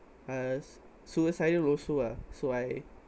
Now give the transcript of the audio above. uh suicidal also ah so I